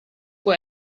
può